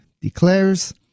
declares